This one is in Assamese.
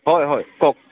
হয় হয় কওক